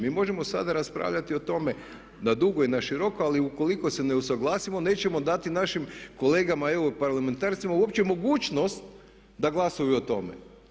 Mi možemo sada raspravljati o tome na dugo i na široko ali ukoliko se ne usuglasimo nećemo dati našim kolegama europarlamentarcima uopće mogućnost da glasuju o tome.